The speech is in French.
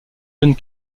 jeunes